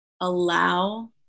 allow